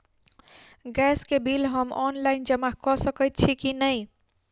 Gas केँ bill हम online जमा कऽ सकैत छी की नै?